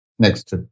Next